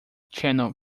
channel